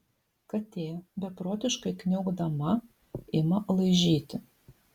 katė beprotiškai kniaukdama ima laižyti